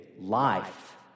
life